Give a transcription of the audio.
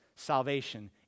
Salvation